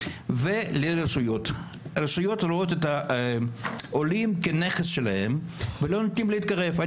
הרשויות רואות את העולים כנכס שלהן ולא נותנות להתקרב אליהם.